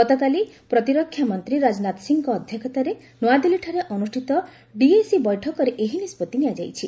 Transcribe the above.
ଗତକାଲି ପ୍ରତିରକ୍ଷାମନ୍ତ୍ରୀ ରାଜନାଥ ସିଂଙ୍କ ଅଧ୍ୟକ୍ଷତାରେ ନୂଆଦିଲ୍ଲୀଠାରେ ଅନୁଷ୍ଠିତ ଡିଏସି ବୈଠକରେ ଏହି ନିଷ୍କଭି ନିଆଯାଇଛି